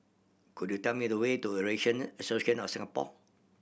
could you tell me the way to Eurasian Association of Singapore